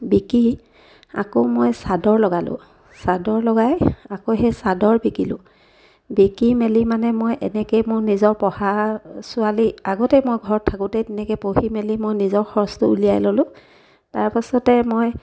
বিকি আকৌ মই চাদৰ লগালোঁ চাদৰ লগাই আকৌ সেই চাদৰ বিকিলোঁ বিকি মেলি মানে মই এনেকেই মোৰ নিজৰ পঢ়া ছোৱালী আগতে মই ঘৰত থাকোঁতে তেনেকৈ পঢ়ি মেলি মই নিজৰ খৰচটো উলিয়াই ল'লোঁ তাৰপাছতে মই